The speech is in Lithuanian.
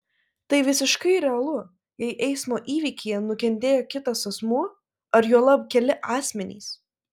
tai visiškai realu jei eismo įvykyje nukentėjo kitas asmuo ar juolab keli asmenys